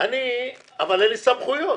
אבל אין לי סמכויות.